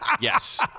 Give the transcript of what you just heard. yes